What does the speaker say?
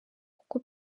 kuko